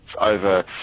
Over